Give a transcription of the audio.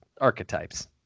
archetypes